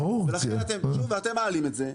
ולכן אתם מעלים את זה,